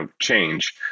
change